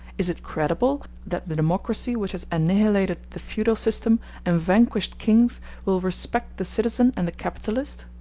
is it credible that the democracy which has annihilated the feudal system and vanquished kings will respect the citizen and the capitalist?